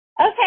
Okay